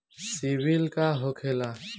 सीबील का होखेला?